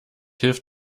hilft